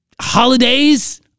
holidays